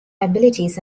abilities